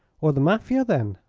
or the mafia, then.